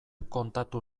kontatu